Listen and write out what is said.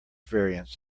variants